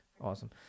Awesome